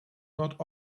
not